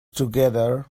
together